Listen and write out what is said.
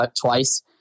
twice